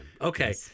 okay